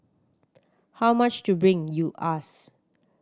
how much to bring you ask